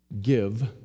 give